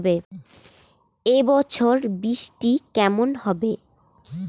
এবছর বৃষ্টি কেমন হবে?